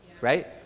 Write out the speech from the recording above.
right